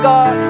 God